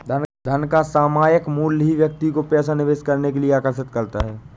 धन का सामायिक मूल्य ही व्यक्ति को पैसा निवेश करने के लिए आर्कषित करता है